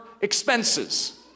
expenses